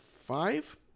five